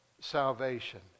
salvation